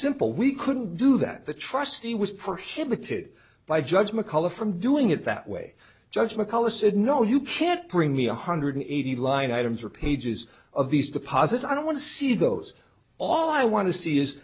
simple we couldn't do that the trustee was prohibited by judge mccullough from doing it that way judge mccullough said no you can't bring me one hundred eighty line items or pages of these deposits i don't want to see those all i want to see is